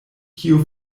kio